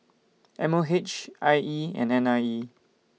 M O H I E and N I E